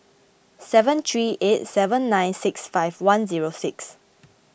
seven three eight seven nine six five one zero six